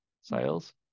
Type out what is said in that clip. sales